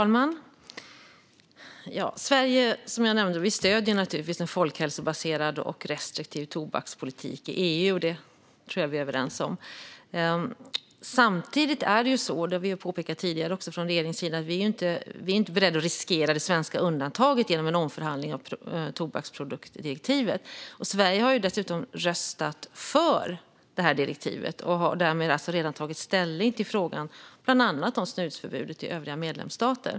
Fru talman! Som jag nämnde stöder Sverige den folkhälsobaserade och restriktiva tobakspolitiken i EU. Det tror jag att vi är överens om. Samtidigt är det så, och det har vi påpekat tidigare från regeringens sida, att vi inte är beredda att riskera det svenska undantaget genom en omförhandling av tobaksproduktdirektivet. Sverige har dessutom röstat för direktivet och har därmed redan tagit ställning till frågan om bland annat snusförbudet i övriga medlemsstater.